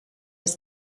with